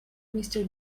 mister